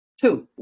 Two